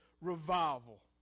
revival